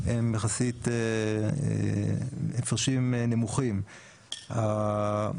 הם הפרשים נמוכים יחסית.